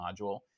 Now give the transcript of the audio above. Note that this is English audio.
module